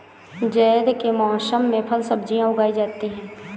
ज़ैद के मौसम में फल सब्ज़ियाँ उगाई जाती हैं